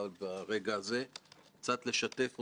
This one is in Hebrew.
בכל פעם חשבנו בכנסת הקודמת שהולכים לבחירות